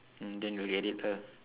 mm then you get it lah